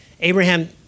Abraham